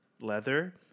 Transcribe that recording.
leather